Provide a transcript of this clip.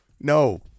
No